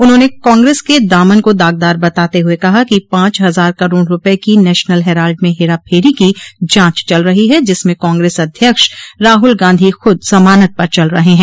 उन्होंने कांग्रेस के दामन को दागदार बताते हुए कहा कि पांच हजार करोड़ रूपये का नेशनल हेराल्ड में हेराफेरी की जांच चल रही है जिसमें कांग्रेस अध्यक्ष राहुल गांधी खुद जमानत पर चल रहे हैं